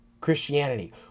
Christianity